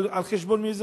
או על חשבון מי,